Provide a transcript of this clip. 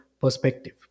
perspective